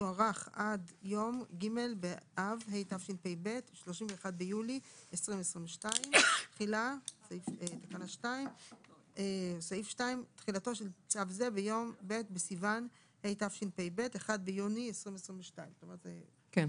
תוארך עד יום ג' באב התשפ"ב (31 ביולי 2022). תחילה 2. תחילתו של צו זה ביום ב' בסיוון התשפ"ב (1 ביוני 2022). כן,